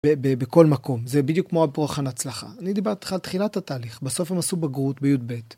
בכל מקום, זה בדיוק כמו בוחן ההצלחה. אני אדבר איתך על תחילת התהליך, בסוף הם עשו בגרות בי"ב.